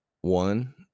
One